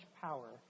power